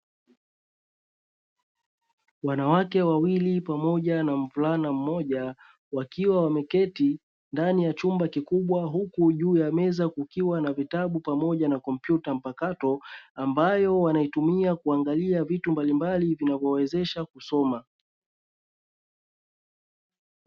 Wanawake wawili pamoja na mvulana mmoja wakiwa wameketi ndani ya chumba kikubwa huku juu ya meza kukiwa na kitabu pamoja na kompyuta mpakato, ambayo wanaotumia kuangalia vitu mbalimbali vinavyowawezesha kusoma.